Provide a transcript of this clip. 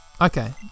Okay